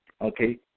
Okay